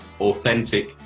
authentic